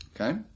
Okay